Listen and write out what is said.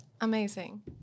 amazing